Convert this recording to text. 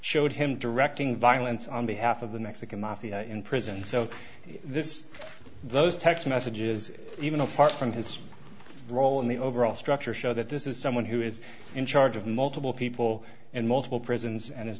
showed him directing violence on behalf of the next of kin mafia in prison so this those text messages even apart from his role in the overall structure show that this is someone who is in charge of multiple people and multiple prisons and is